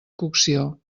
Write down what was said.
cocció